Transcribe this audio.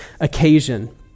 occasion